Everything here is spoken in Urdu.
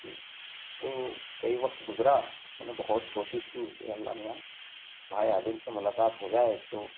تو کئی وقت گزرا میں نے بہت کوشش کی کہ اے اللہ میاں بھائی عادل سے ملاقات ہو جائے تو